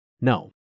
No